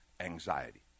anxiety